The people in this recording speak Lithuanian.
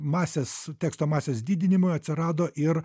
masės teksto masės didinimui atsirado ir